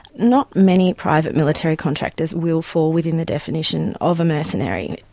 not many private military contractors will fall within the definition of a mercenary.